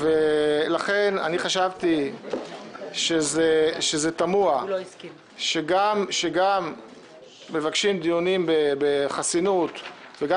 ולכן אני חשבתי שזה תמוה שגם מבקשים דיונים בחסינות וגם